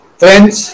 friends